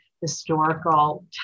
historical